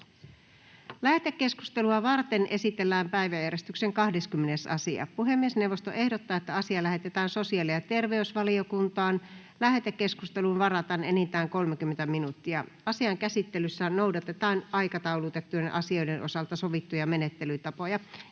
Lähetekeskustelua varten esitellään päiväjärjestyksen 16. asia. Puhemiesneuvosto ehdottaa, että asia lähetetään lakivaliokuntaan. Lähetekeskusteluun varataan enintään 45 minuuttia. Asian käsittelyssä noudatetaan aikataulutettujen asioiden osalta sovittuja menettelytapoja.